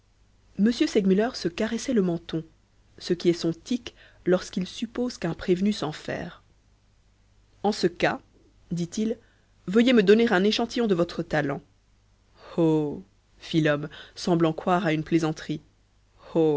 m segmuller se caressait le menton ce qui est son tic lorsqu'il suppose qu'un prévenu s'enferre en ce cas dit-il veuillez me donner un échantillon de votre talent oh fit l'homme semblant croire à une plaisanterie oh